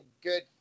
good